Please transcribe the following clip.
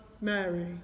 Mary